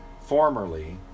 formerly